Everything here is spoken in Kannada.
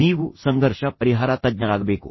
ನೀವು ಸಂಘರ್ಷ ಪರಿಹಾರ ತಜ್ಞರಾಗಬೇಕು